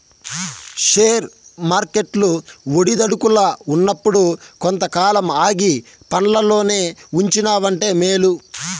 share వర్కెట్లు ఒడిదుడుకుల్ల ఉన్నప్పుడు కొంతకాలం ఆగి పండ్లల్లోనే ఉంచినావంటే మేలు